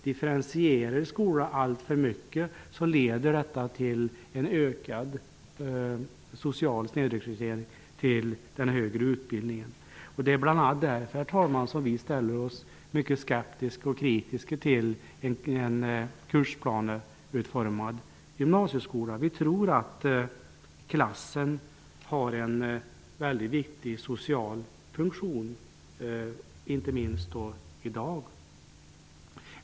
Där pekar man på att om en skola differentieras alltför mycket ökar den sociala snedrekryteringen till den högre utbildningen. Det är bl.a. därför, herr talman, som vi ställer oss mycket skeptiska och kritiska till en kursplaneutformad gymnasieskola. Vi tror att klassen har en mycket viktig social funktion, inte minst i dag.